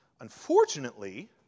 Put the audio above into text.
Unfortunately